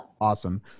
awesome